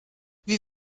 wir